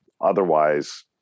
Otherwise